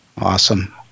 Awesome